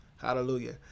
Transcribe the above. Hallelujah